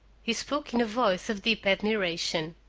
he spoke in a voice of deep admiration.